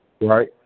right